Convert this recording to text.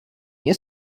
nie